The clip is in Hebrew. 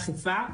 אכיפה,